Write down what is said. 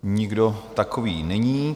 Nikdo takový není.